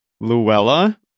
Luella